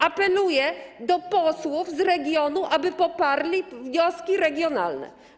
Apeluję do posłów z regionu, aby poparli wnioski regionalne.